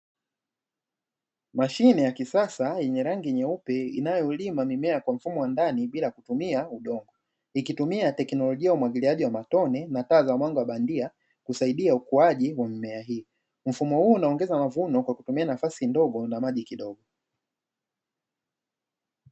Mashine ya kisasa yenye rangi nyeupe inayolima mimea kwa mfumo wa ndani bila kutumia udongo, ikitumia teknolojia ya umwagiliaji wa matone na taa za mwanga wa bandia kusaidia ukuaji wa mmea hii, mfumo huu unaongeza mavuno kwa kutumia nafasi ndogo na maji kidogo.